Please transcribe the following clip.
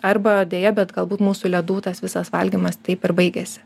arba deja bet galbūt mūsų ledų tas visas valgymas taip ir baigiasi